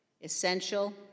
essential